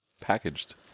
packaged